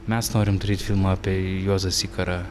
mes norim turėt filmą apie juozą zikarą